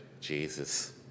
Jesus